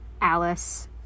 Alice